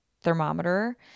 thermometer